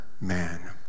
man